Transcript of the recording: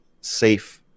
safe